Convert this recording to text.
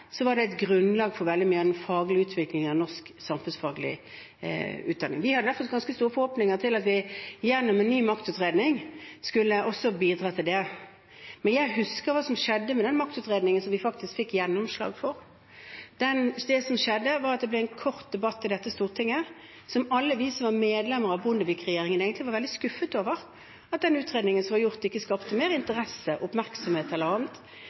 var det et grunnlag for veldig mye av den faglige utviklingen av norsk samfunnsfaglig utdanning. Vi hadde derfor ganske store forhåpninger om at vi gjennom en ny maktutredning også skulle bidra til det. Men jeg husker hva som skjedde med den maktutredningen som vi faktisk fikk gjennomslag for. Det som skjedde, var at det ble en kort debatt i Stortinget. Alle vi som var medlemmer av Bondevik-regjeringen, var egentlig veldig skuffet over at den utredningen som var gjort, ikke skapte mer interesse, oppmerksomhet eller annet